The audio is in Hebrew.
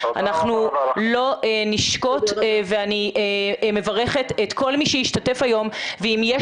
אנחנו לא נשקוט ואני מברכת את כל מי שהשתתף היום ואם יש